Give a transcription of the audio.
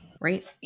right